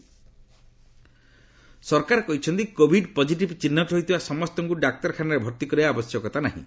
ଗଭ୍ Covid ସରକାର କହିଛନ୍ତି Covid positive ଚିହ୍ରଟ ହୋଇଥିବା ସମସ୍ତଙ୍କୁ ଡାକ୍ତରଖାନାରେ ଭର୍ତ୍ତିକରିବା ଆବଶ୍ୟକତା ନାହିଁ